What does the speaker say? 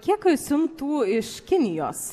kiek siuntų iš kinijos